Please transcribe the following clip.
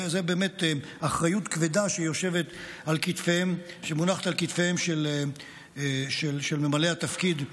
זו באמת אחריות כבדה שמונחת על כתפיהם של ממלאי התפקיד,